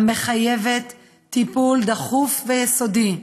המחייבת טיפול דחוף ויסודי.